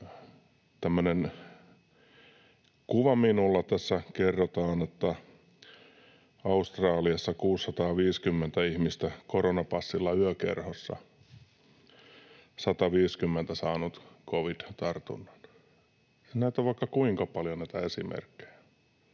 tämmöinen kuva minulla. Tässä kerrotaan, että Australiassa 650 ihmistä koronapassilla yökerhossa, 150 saanut covid-tartunnan. Näitä esimerkkejä on vaikka kuinka paljon. Miten ihmeessä